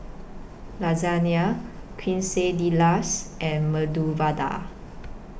Lasagne Quesadillas and Medu Vada